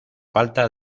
falta